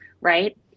right